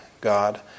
God